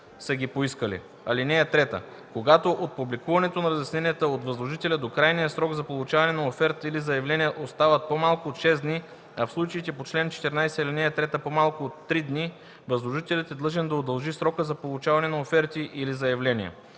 (3) Когато от публикуването на разясненията от възложителя до крайния срок за получаване на оферти или заявления остават по-малко от 6 дни, а в случаите по чл. 14, ал. 3 – по-малко от три дни, възложителят е длъжен да удължи срока за получаване на оферти или заявления.